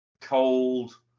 Cold